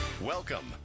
Welcome